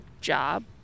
job